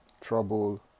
trouble